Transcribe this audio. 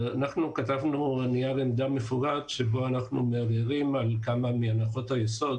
אנחנו גם כתבנו נייר עמדה מפורט בו אנחנו מערערים על כמה מהנחות היסוד